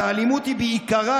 כי האלימות היא בעיקרה,